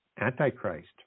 Antichrist